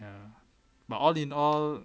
ya but all in all